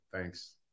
Thanks